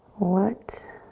what